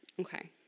Okay